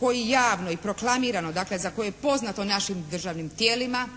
koji javno i proklamirano dakle za koje je poznato našim državnim tijelima